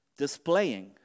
Displaying